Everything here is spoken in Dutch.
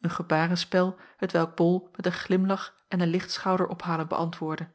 een gebarenspel hetwelk bol met een glimlach en een licht schouderophalen beäntwoordde